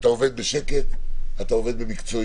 עובד בשקט ובמקצועיות.